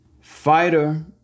fighter